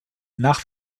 nach